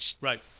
right